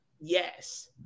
Yes